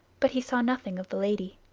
but he saw nothing of the lady.